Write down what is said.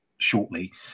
shortly